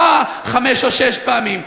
לא חמש או שש פעמים,